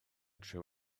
true